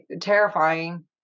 Terrifying